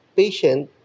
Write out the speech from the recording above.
patient